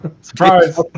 surprise